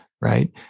right